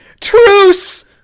Truce